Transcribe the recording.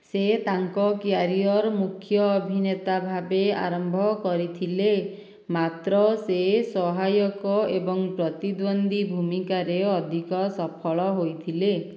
ସେ ତାଙ୍କ କ୍ୟାରିୟର ମୁଖ୍ୟ ଅଭିନେତା ଭାବେ ଆରମ୍ଭ କରିଥିଲେ ମାତ୍ର ସେ ସହାୟକ ଏବଂ ପ୍ରତିଦ୍ୱନ୍ଦ୍ୱୀ ଭୂମିକାରେ ଅଧିକ ସଫଳ ହୋଇଥିଲେ